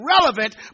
relevant